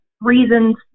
reasons